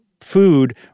food